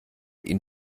ihn